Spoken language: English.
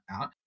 out